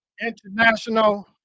International